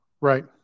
Right